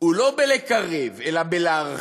הוא לא לקרב, אלא להרחיק,